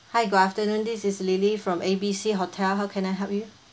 hi good afternoon this is lily from A B C hotel how can I help you